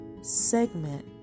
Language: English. segment